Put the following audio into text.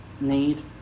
need